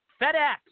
FedEx